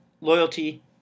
loyalty